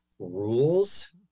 rules